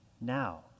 now